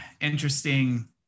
interesting